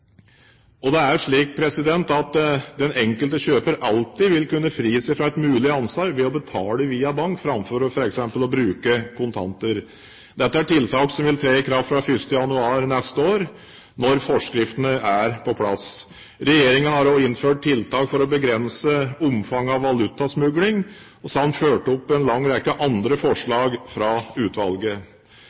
Det er slik at den enkelte kjøper alltid vil kunne fri seg fra et mulig ansvar ved å betale via bank framfor f.eks. å bruke kontanter. Dette er tiltak som vil tre i kraft fra 1. januar neste år, når forskriftene er på plass. Regjeringen har også innført tiltak for å begrense omfanget av valutasmugling samt ført opp en lang rekke andre forslag fra utvalget.